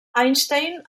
einstein